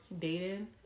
dating